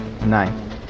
Nine